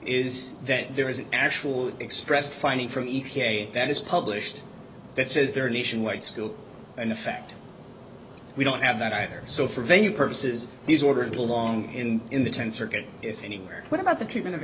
is that there is an actual expressed finding from e p a that is published that says they're nationwide school and the fact we don't have that either so for venue purposes he's ordered long in in the tenth circuit if any what about the treatment of